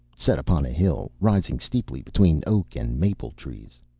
set upon a hill, rising steeply between oak and maple trees.